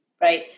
right